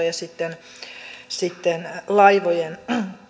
ja sitten sitten laivojen